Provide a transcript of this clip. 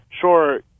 sure